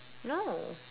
no